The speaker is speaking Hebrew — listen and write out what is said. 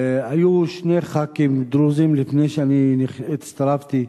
היו שני ח"כים דרוזים לפני שאני הצטרפתי,